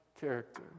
character